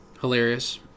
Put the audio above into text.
Hilarious